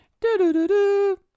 Do-do-do-do